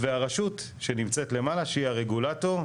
והרשות שנמצאת למעלה שהיא הרגולטור,